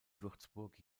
würzburg